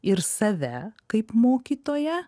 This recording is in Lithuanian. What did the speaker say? ir save kaip mokytoją